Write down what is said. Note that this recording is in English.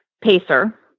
pacer